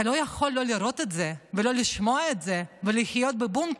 אתה לא יכול לא לראות את זה ולא לשמוע את זה ולחיות בבונקר,